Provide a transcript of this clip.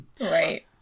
Right